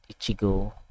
Ichigo